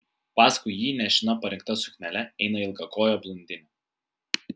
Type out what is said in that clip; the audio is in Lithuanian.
paskui jį nešina parinkta suknele eina ilgakojė blondinė